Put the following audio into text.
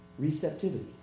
receptivity